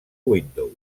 windows